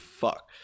fuck